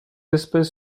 espèce